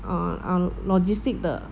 uh uh logistics 的